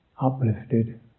uplifted